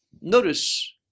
notice